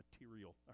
material